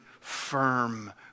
firm